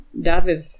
David